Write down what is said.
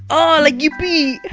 o like youppi!